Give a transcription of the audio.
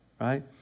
right